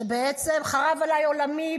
כשבעצם חרב עליי עולמי,